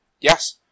Yes